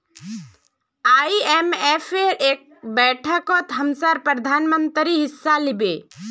आईएमएफेर बैठकत हमसार प्रधानमंत्री हिस्सा लिबे